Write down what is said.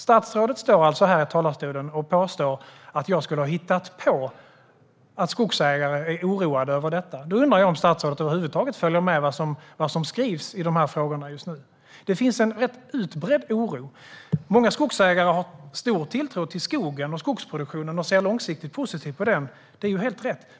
Statsrådet står alltså i talarstolen och påstår att jag skulle ha hittat på att skogsägare är oroade över detta. Jag undrar om statsrådet över huvud taget följer med i vad som skrivs i de här frågorna just nu. Det finns en rätt utbredd oro. Många skogsägare har stor tilltro till skogen och skogsproduktionen och ser långsiktigt positivt på dessa. Det är helt rätt.